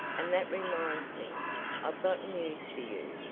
and that reminds me i've got news for you.